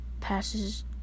passes